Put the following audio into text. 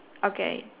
okay